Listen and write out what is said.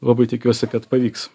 labai tikiuosi kad pavyks